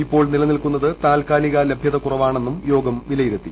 ഇപ്പോൾ നിലനിൽക്കൂന്നത് താൽക്കാലിക ലഭ്യതക്കുറവാ ണൈന്നും യോഗം വിലയിരുത്തി